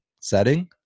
setting